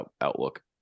outlook